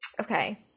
Okay